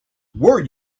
were